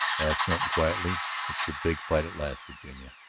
asked norton quietly. it's the big fight at last, virginia.